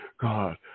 God